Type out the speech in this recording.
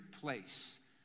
place